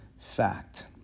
fact